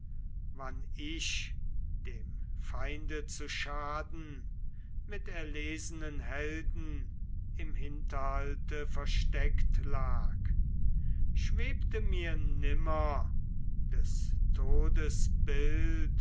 wann ich dem feinde zu schaden mit erlesenen helden im hinterhalte versteckt lag schwebte mir nimmer des todes